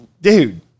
dude